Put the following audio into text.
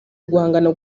uguhangana